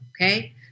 okay